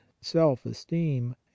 self-esteem